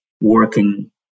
working